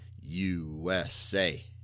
USA